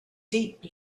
deep